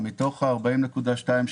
מתוך 40.2 מיליון שקל,